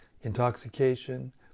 intoxication